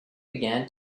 began